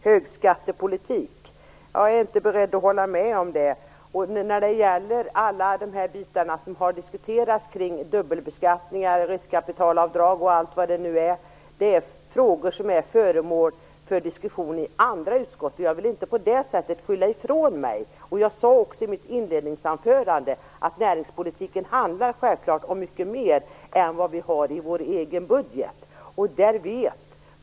Fru talman! Göran Hägglund tar upp att socialdemokraterna står för en högskattepolitik. Jag är inte beredd att hålla med om det. Alla de bitar som har diskuterats kring dubbelbeskattningar, riskkapitalavdrag och allt vad det nu är är föremål för diskussion i andra utskott. Jag vill inte på det sättet skylla ifrån mig. Jag sade också i mitt inledningsanförande att näringspolitiken självklart handlar om mycket mer än vad vi har i vår egen budget.